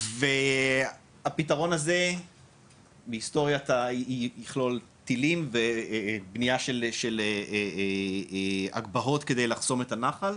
והפתרון הזה מהיסטוריה יכלול טילים ובנייה של הגבהות כדי לחסום את הנחל.